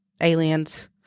aliens